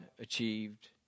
achieved